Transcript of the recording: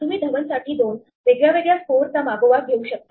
तुम्ही धवन साठी दोन वेगळ्या स्कोर चा मागोवा घेऊ शकता